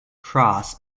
cross